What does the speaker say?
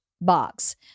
box